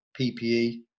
PPE